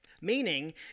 meaning